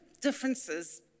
differences